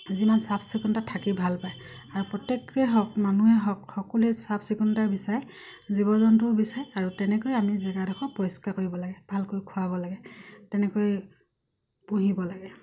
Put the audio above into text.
যিমান চাফ চিকুণতা থাকি ভাল পায় আৰু প্ৰত্যেকটোৱে হওক মানুহে হওক সকলোৱে চাফ চিকুণতা বিচাৰে জীৱ জন্তুও বিচাৰে আৰু তেনেকৈ আমি জেগাডোখৰ পৰিষ্কাৰ কৰিব লাগে ভালকৈ খুৱাব লাগে তেনেকৈ পুহিব লাগে